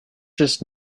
just